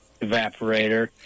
evaporator